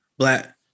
black